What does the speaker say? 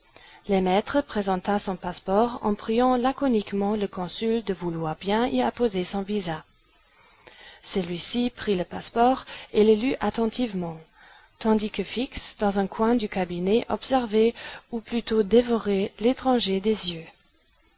le maître présenta son passeport en priant laconiquement le consul de vouloir bien y apposer son visa celui-ci prit le passeport et le lut attentivement tandis que fix dans un coin du cabinet observait ou plutôt dévorait l'étranger des yeux